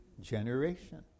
generation